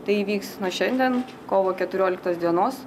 tai įvyks nuo šiandien kovo keturioliktos dienos